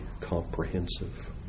comprehensive